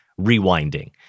rewinding